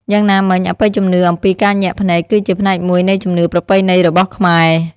យ៉ាងណាមិញ អបិយជំនឿអំពីការញាក់ភ្នែក គឺជាផ្នែកមួយនៃជំនឿប្រពៃណីរបស់ខ្មែរ។